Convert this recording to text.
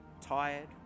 tired